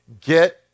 Get